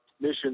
mission